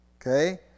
okay